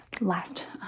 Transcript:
last